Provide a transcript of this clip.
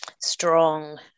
strong